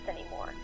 anymore